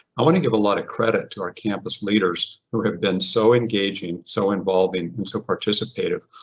i wanna give a lot of credit to our campus leaders who have been so engaging, so involving and so participative.